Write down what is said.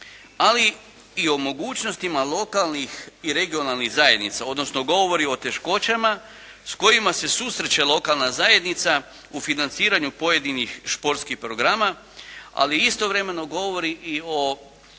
ali i o mogućnostima lokalnih i regionalnih zajednica, odnosno govori o teškoćama s kojima se susreće lokalna zajednica u financiranju pojedinih športskih programa, ali istovremeno govori i o Hrvatskom